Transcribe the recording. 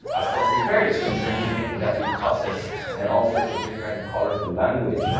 as far as duterte is concerned, he's making that with cusses and all sorts of different colorful language.